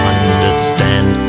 understand